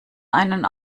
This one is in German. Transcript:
einen